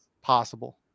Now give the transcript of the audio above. possible